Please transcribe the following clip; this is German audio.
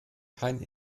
kein